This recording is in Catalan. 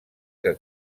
que